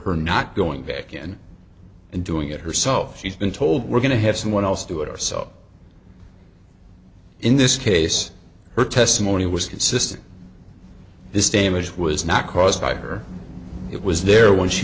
her not going back in and doing it herself she's been told we're going to have someone else do it ourselves in this case her testimony was consistent this damage was not caused by her it was there when she